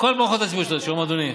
כל מערכות הציבור, אדוני